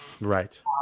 Right